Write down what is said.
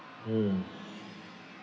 mm